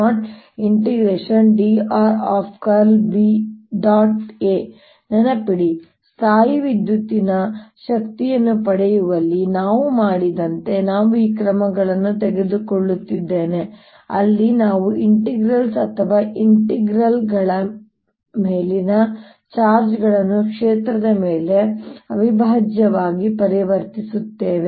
ನೆನಪಿಡಿ ಸ್ಥಾಯೀವಿದ್ಯುತ್ತಿನ ಶಕ್ತಿಯನ್ನು ಪಡೆಯುವಲ್ಲಿ ನಾವು ಮಾಡಿದಂತೆ ನಾವು ಈ ಕ್ರಮಗಳನ್ನು ತೆಗೆದುಕೊಳ್ಳುತ್ತಿದ್ದೇವೆ ಅಲ್ಲಿ ನಾವು ಇಂಟಿಗ್ರಲ್ಸ್ ಅಥವಾ ಇಂಟಿಗ್ರಲ್ ಗಳ ಮೇಲಿನ ಚಾರ್ಜ್ ಗಳನ್ನು ಕ್ಷೇತ್ರದ ಮೇಲೆ ಅವಿಭಾಜ್ಯಗಳಾಗಿ ಪರಿವರ್ತಿಸುತ್ತೇವೆ